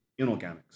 inorganics